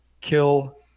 kill